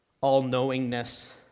all-knowingness